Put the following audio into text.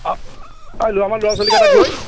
অঁ এই আমাৰ ল'ৰা ছোৱালীকেইটাক লৈ